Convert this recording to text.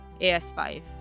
AS5